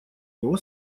него